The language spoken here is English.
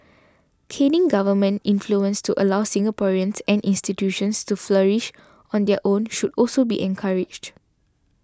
ceding government influence to allow Singaporeans and institutions to flourish on their own should also be encouraged